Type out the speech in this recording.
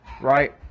right